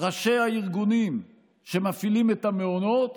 ראשי הארגונים שמפעילים את המעונות,